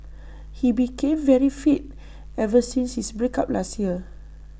he became very fit ever since his break up last year